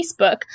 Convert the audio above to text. Facebook